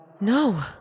No